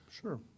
Sure